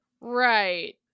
Right